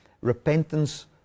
repentance